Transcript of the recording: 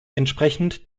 entsprechend